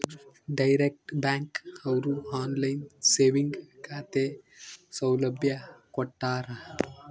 direct bank ಅವ್ರು online saving ಖಾತೆ ಸೌಲಭ್ಯ ಕೊಟ್ಟಾರ